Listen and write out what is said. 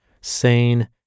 sane